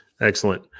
excellent